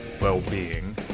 well-being